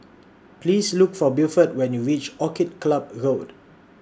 Please Look For Buford when YOU REACH Orchid Club Road